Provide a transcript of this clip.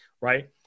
right